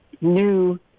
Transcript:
new